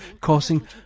causing